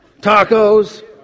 Tacos